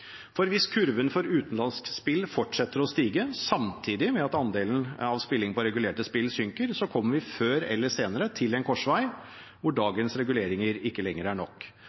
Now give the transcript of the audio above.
Hvis kurven for utenlandsk spill fortsetter å stige, samtidig med at andelen av spilling på regulerte spill synker, kommer vi før eller senere til en korsvei hvor dagens reguleringer ikke lenger er nok,